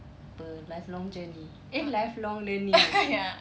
takpe lifelong journey eh lifelong learning eh